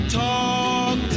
talk